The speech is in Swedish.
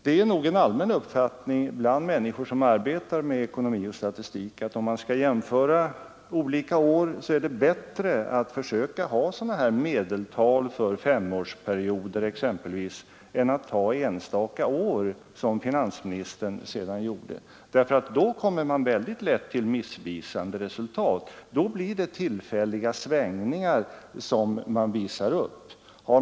Det är nog en allmän uppfattning bland människor som arbetar med ekonomi och statistik, att om man skall jämföra olika år så är det bättre att försöka få fram medeltal för exempelvis femårsperioder än att visa siffror för enstaka år som finansministern gjorde. Då kommer man väldigt lätt till missvisande resultat och då visar man upp tillfälliga svängningar.